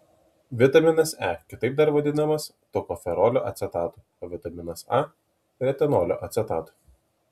vitaminas e kitaip dar vadinamas tokoferolio acetatu o vitaminas a retinolio acetatu